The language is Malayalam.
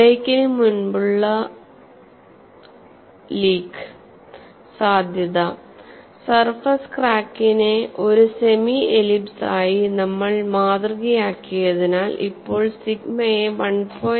ബ്രേക്കിന് മുമ്പുള്ള ലീക്ക് സാധ്യത സർഫസ് ക്രാക്കിനെ ഒരു സെമി എലിപ്സ് ആയി നമ്മൾ മാതൃകയാക്കിയതിനാൽ ഇപ്പോൾ സിഗ്മയെ 1